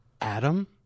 Adam